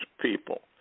people